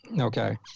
Okay